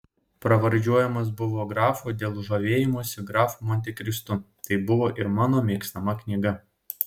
pravardžiuojamas buvo grafu dėl žavėjimosi grafu montekristu tai buvo ir mano mėgstama knyga